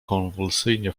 konwulsyjnie